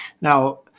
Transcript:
Now